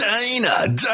Dana